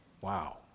wow